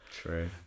True